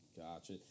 Gotcha